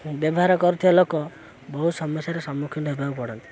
ବ୍ୟବହାର କରୁଥିବା ଲୋକ ବହୁତ ସମସ୍ୟାର ସମ୍ମୁଖୀନ ହେବାକୁ ପଡ଼ନ୍ତି